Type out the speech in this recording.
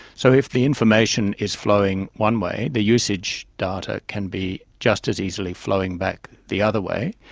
so if the information is flowing one way, the usage data can be just as easily flowing back the other way,